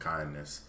Kindness